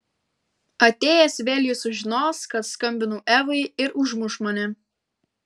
atėjęs vėl jis sužinos kad skambinau evai ir užmuš mane